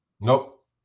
Nope